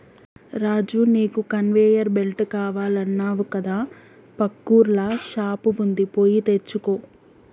రాజు నీకు conveyor belt కావాలన్నావు కదా పక్కూర్ల షాప్ వుంది పోయి తెచ్చుకో